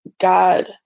God